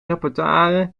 repertoire